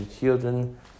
children